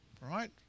right